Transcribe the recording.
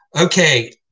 Okay